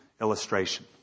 illustration